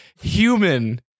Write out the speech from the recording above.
human